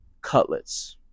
Cutlets